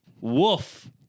Woof